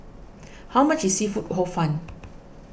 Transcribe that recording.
how much is Seafood Hor Fun